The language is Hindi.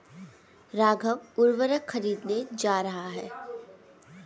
राघव उर्वरक खरीदने जा रहा है